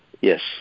Yes